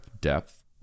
depth